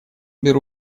беру